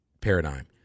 paradigm